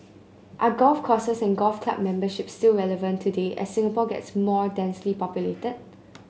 are golf courses and golf club memberships still relevant today as Singapore gets more densely populated